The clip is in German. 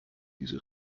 diese